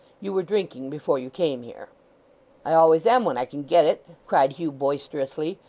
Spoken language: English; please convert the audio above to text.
you were drinking before you came here i always am when i can get it cried hugh boisterously,